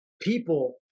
people